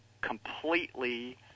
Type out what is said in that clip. completely